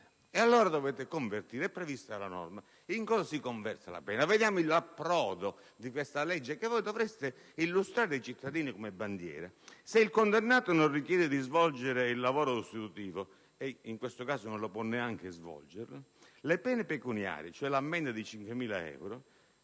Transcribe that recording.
ed un irregolare non lo può fare. Allora, in cosa si converte la pena? Vediamo l'approdo di questa legge che voi dovreste illustrare ai cittadini come bandiera. Se il condannato non richiede di svolgere il lavoro sostitutivo - ed in questo caso non può neanche svolgerlo - le pene pecuniarie, cioè l'ammenda di 5.000 euro,